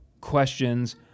questions